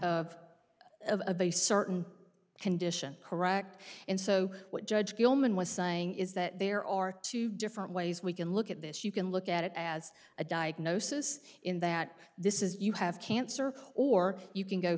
of a certain condition correct and so what judge gilman was saying is that there are two different ways we can look at this you can look at it as a diagnosis in that this is you have cancer or you can go